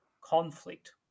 conflict